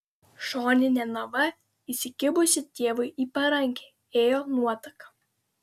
šonine nava įsikibusi tėvui į parankę ėjo nuotaka